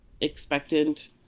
expectant